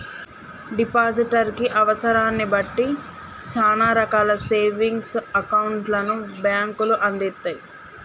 depositor కి అవసరాన్ని బట్టి చానా రకాల సేవింగ్స్ అకౌంట్లను బ్యేంకులు అందిత్తయ్